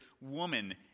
woman